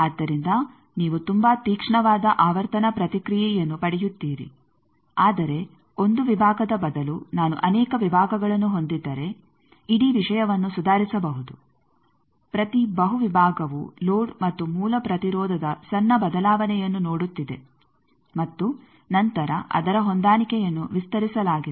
ಆದ್ದರಿಂದ ನೀವು ತುಂಬಾ ತೀಕ್ಷ್ಣವಾದ ಆವರ್ತನ ಪ್ರತಿಕ್ರಿಯೆಯನ್ನು ಪಡೆಯುತ್ತೀರಿ ಆದರೆ ಒಂದು ವಿಭಾಗದ ಬದಲು ನಾನು ಅನೇಕ ವಿಭಾಗಗಳನ್ನು ಹೊಂದಿದ್ದರೆ ಇಡೀ ವಿಷಯವನ್ನು ಸುಧಾರಿಸಬಹುದು ಪ್ರತಿ ಬಹು ವಿಭಾಗವು ಲೋಡ್ ಮತ್ತು ಮೂಲ ಪ್ರತಿರೋಧದ ಸಣ್ಣ ಬದಲಾವಣೆಯನ್ನು ನೋಡುತ್ತಿದೆ ಮತ್ತು ನಂತರ ಅದರ ಹೊಂದಾಣಿಕೆಯನ್ನು ವಿಸ್ತರಿಸಲಾಗಿದೆ